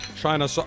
China